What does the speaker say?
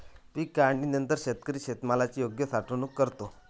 पीक काढणीनंतर शेतकरी शेतमालाची योग्य साठवणूक करतो